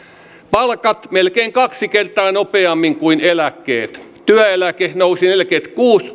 palkat melkein kaksi kertaa nopeammin kuin eläkkeet työeläke nousi neljäkymmentäkuusi